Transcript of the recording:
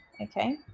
Okay